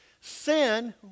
Sin